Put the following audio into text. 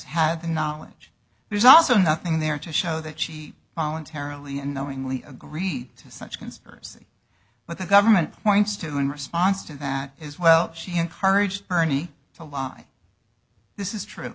have knowledge there's also nothing there to show that she voluntarily unknowingly agreed to such conspiracy but the government points to in response to that is well she encouraged bernie to lie this is true